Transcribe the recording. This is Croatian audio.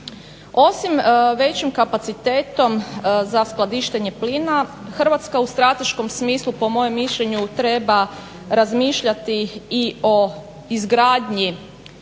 Osim većim kapacitetom za skladištenje plina Hrvatska u strateškom smislu po mojem mišljenju treba razmišljati i o izgradnji